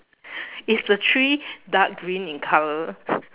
is the tree dark green in colour